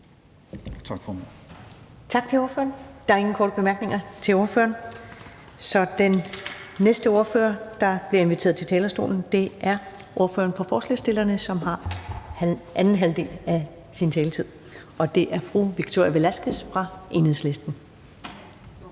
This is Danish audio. Tak til ordføreren. Der er ingen korte bemærkninger til ordføreren, og så er den næste ordfører, der bliver inviteret på talerstolen, ordføreren for forslagsstillerne, som har anden halvdel af sin taletid nu. Og det er fru Victoria Velasquez fra Enhedslisten.